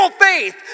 faith